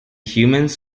humans